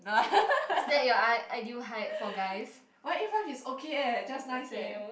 one eight five is okay eh just nice eh